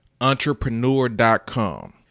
entrepreneur.com